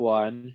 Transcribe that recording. one